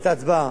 את ההצבעה.